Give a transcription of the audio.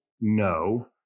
No